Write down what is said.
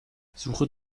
suche